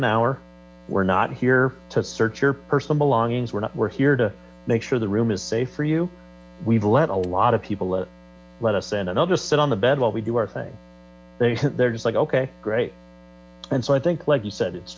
an hour we're not here to search your personal belongings we're not we're here to make sure the room is safe for you we've let a lot of people let us in and i'll just sit on the bed while we do our thing they they're just like ok great and so i think like you said it's